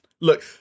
Look